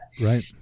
right